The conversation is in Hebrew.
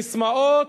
ססמאות,